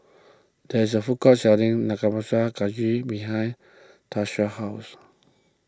there is a food court selling Nanakusa Gayu behind Tarsha's house